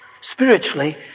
Spiritually